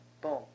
boom